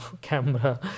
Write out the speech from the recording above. camera